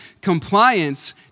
compliance